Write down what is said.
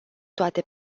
toate